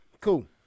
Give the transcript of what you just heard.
cool